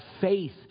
faith